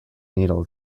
needle